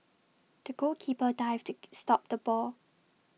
the goalkeeper dived to stop the ball